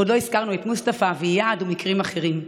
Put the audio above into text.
ועוד לא הזכרנו את מוסטפא ואיאד ומקרים אחרים.